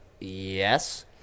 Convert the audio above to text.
yes